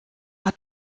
hat